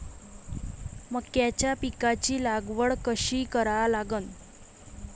मक्याच्या पिकाची लागवड कशी करा लागन?